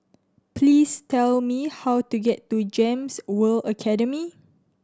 please tell me how to get to GEMS World Academy